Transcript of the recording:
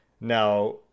now